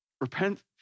Repent